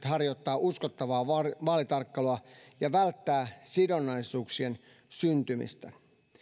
harjoittaa uskottavaa vaalitarkkailua ja välttää sidonnaisuuksien syntymistä